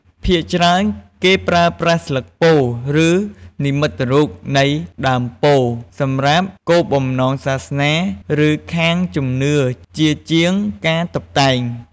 ភាគច្រើន គេប្រើប្រាស់ស្លឹកពោធិ៍ ឬនិមិត្តរូបនៃដើមពោធិ៍សម្រាប់គោលបំណងសាសនា ឬខាងជំនឿជាជាងការតុបតែង។